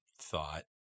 thought